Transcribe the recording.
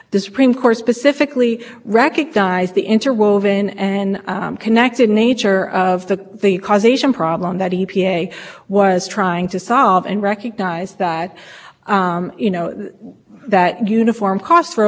that have downwind air quality effects and if you change the cost threshold that would apply to texas and those other open states which is not the same by the way would have ripple effects on the downwind states that are attached to those other up